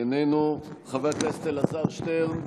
איננו, חבר הכנסת אלעזר שטרן,